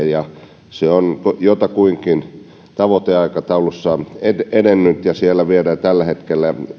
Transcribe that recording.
ja se on jotakuinkin tavoiteaikataulussaan edennyt siellä viedään tällä hetkellä